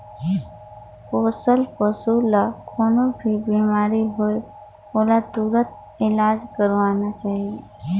पोसल पसु ल कोनों भी बेमारी होये ओला तुरत इलाज करवाना चाही